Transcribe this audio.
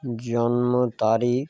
জন্ম তারিখ